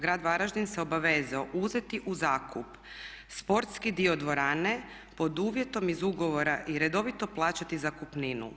Grad Varaždin se obavezao uzeti u zakup sportski dio dvorane pod uvjetom iz ugovora i redovito plaćati zakupninu.